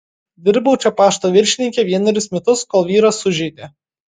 dirbau čia pašto viršininke vienerius metus kol vyras sužeidė